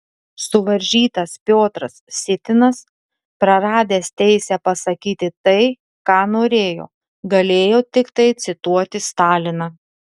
suvaržytas piotras sytinas praradęs teisę pasakyti tai ką norėjo galėjo tiktai cituoti staliną